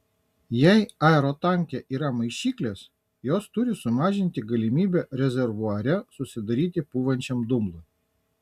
jei aerotanke yra maišyklės jos turi sumažinti galimybę rezervuare susidaryti pūvančiam dumblui